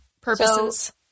purposes